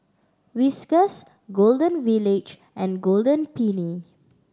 Whiskas Golden Village and Golden Peony